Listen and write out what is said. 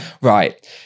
Right